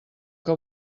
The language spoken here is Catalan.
que